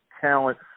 talent